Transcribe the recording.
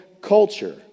culture